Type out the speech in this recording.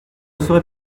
serait